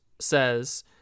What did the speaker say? says